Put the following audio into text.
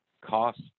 cost